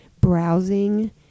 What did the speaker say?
browsing